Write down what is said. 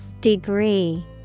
Degree